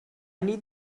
need